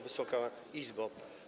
Wysoka Izbo!